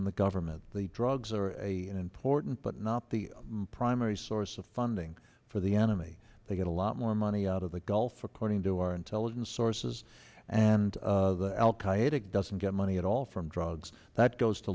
in the government the drugs are a important but not the primary source of funding for the enemy they get a lot more money out of the gulf according to our intelligence sources and al qaeda doesn't get money at all from drugs that goes to